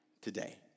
today